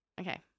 Okay